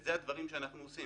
וזה הדברים שאנחנו עושים.